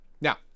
now